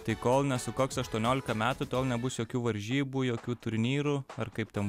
tai kol nesukaks aštuoniolika metų tol nebus jokių varžybų jokių turnyrų ar kaip ten